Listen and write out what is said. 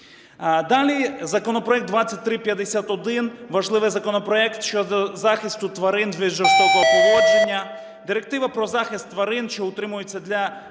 Далі законопроект 2351, важливий законопроект щодо захисту тварин від жорстокого поводження. Директива про захист тварин, що утримують для